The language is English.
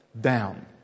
down